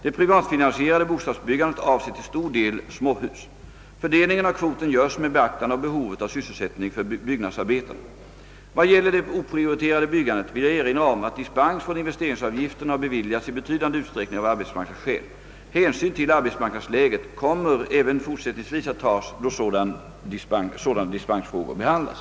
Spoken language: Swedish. Det privatfinansierade bostadsbyggandet avser till stor del småhus. Fördelningen av kvoten görs med beaktande av behovet av sysselsättning för byggnadsarbetarna. Vad gäller det oprioriterade byggandet vill jag erinra om att dispens från investeringsavgiften har beviljats i betydande utsträckning av arbetsmarknadsskäl. Hänsyn till arbetsmarknadsläget kommer även fortsättningsvis att tas då sådana dispensfrågor behandlas.